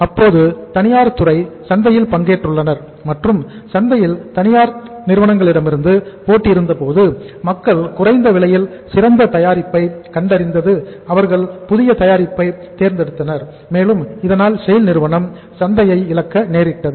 அப்போது தனியார் துறை சந்தையில் பங்கேற்றுள்ளனர் மற்றும் சந்தையில் தனியார் நிறுவனங்களிடமிருந்து போட்டி இருந்த போது மக்கள் குறைந்த விலையில் சிறந்த தயாரிப்பை கண்டறிந்தது அவர்கள் புதிய தயாரிப்பை தேர்ந்தெடுத்தனர் மேலும் இதனால் SAIL நிறுவனம் சந்தையை இழக்க நேரிட்டது